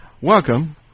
Welcome